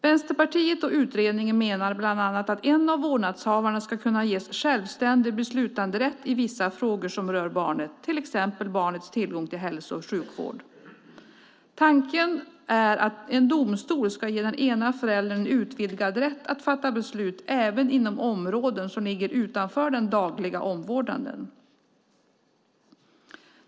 Vänsterpartiet och utredningen menar bland annat att en av vårdnadshavarna ska kunna ges självständig beslutanderätt i vissa frågor som rör barnet, till exempel barnets tillgång till hälsa och sjukvård. Tanken är att en domstol ska ge den ena föräldern utvidgad rätt att fatta beslut även inom områden som ligger utanför den dagliga omvårdnaden.